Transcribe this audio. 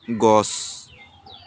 গছ